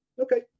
Okay